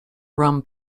rum